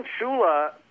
Shula